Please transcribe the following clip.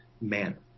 manner